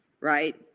right